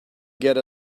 get